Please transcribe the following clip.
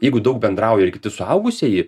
jeigu daug bendrauja ir kiti suaugusieji